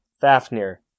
Fafnir